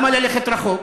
למה ללכת רחוק?